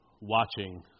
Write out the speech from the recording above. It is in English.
watching